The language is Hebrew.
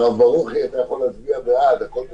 והרב ברוכי, אתה יכול להצביע בעד, הכול בסדר.